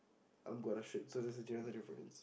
I'm gonna shoot so thats the other difference